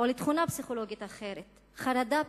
או לתכונה פסיכולוגית אחרת, חרדה בסיסית,